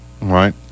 right